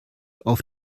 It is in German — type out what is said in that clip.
auf